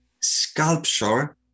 sculpture